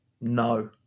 No